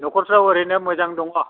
न'खरफ्राव ओरैनो मोजां दङ'